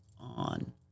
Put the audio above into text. on